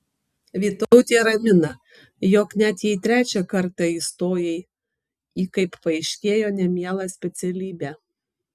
vytautė ramina jog net jei trečią kartą įstojai į kaip paaiškėjo nemielą specialybę